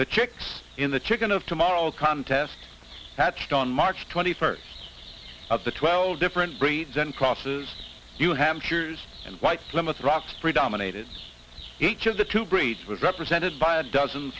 the chicks in the chicken of tomorrow's contest hatched on march twenty first of the twelve different breeds and crosses new hampshire's and white plymouth rock history dominated each of the two breeds was represented by a dozen